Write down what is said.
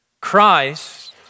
Christ